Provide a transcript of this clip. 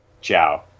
Ciao